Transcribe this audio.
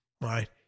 right